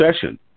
session